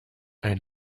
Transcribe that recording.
ein